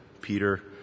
Peter